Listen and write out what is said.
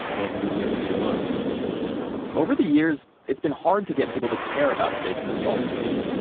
and you wouldn't be alone over the years, it's been hard to get people to care about saving the salton sea,